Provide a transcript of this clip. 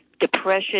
depression